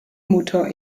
mutter